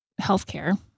healthcare